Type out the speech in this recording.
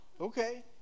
Okay